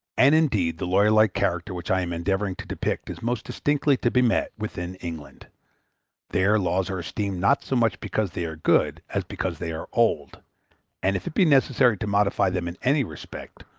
and indeed the lawyer-like character which i am endeavoring to depict is most distinctly to be met with in england there laws are esteemed not so much because they are good as because they are old and if it be necessary to modify them in any respect,